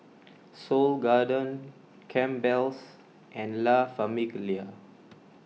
Seoul Garden Campbell's and La Famiglia